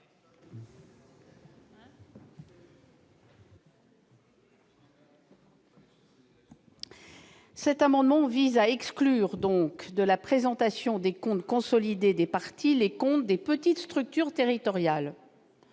Cet amendement vise à exclure de la présentation des comptes consolidés des partis les comptes des petites structures territoriales.